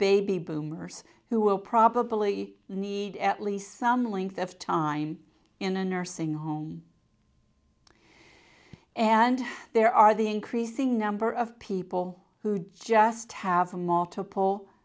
baby boomers who will probably need at least some length of time in a nursing home and there are the increasing number of people who just have multiple